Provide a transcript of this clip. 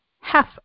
half